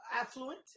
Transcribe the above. affluent